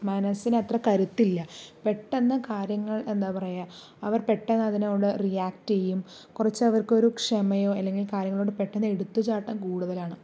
മനസ്സിനത്ര കരുത്തില്ല പെട്ടന്ന് കാര്യങ്ങൾ എന്താ പറയുക അവർ പെട്ടന്ന് അതിനോട് റിയാക്ട് ചെയ്യും കുറച്ചവർക്ക് ഒരു ക്ഷമയോ അല്ലെങ്കിൽ കാര്യങ്ങളോട് പെട്ടന്ന് എടുത്ത് ചാട്ടം കൂടുതലാണ്